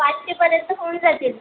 पाचशेपर्यंत होऊन जातील